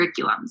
curriculums